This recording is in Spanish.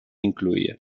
incluía